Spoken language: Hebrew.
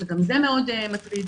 וגם זה מאוד מטריד.